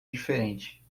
diferente